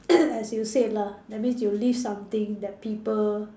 as you said lah that means you leave something that people